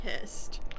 pissed